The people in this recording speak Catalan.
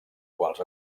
quals